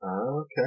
okay